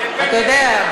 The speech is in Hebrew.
אתה יודע,